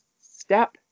step